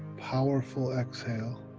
powerful exhale,